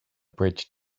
bridge